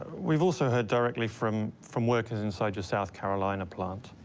we've also heard directly from from workers inside your south carolina plant.